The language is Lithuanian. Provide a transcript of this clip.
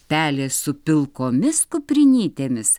pelės su pilkomis kuprinytėmis